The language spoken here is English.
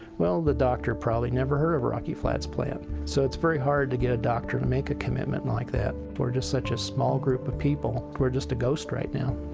well, the doctor probably never heard of rocky flats plant so it's very hard to get a doctor to make a commitment like that. we're just such a small group of people, we're just a ghost right now.